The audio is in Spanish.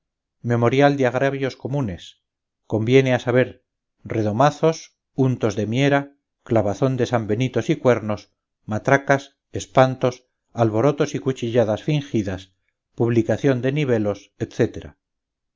memorial de agravios comunes conviene a saber redomazos untos de miera clavazón de sambenitos y cuernos matracas espantos alborotos y cuchilladas fingidas publicación de nibelos